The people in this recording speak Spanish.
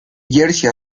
jersey